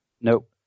Nope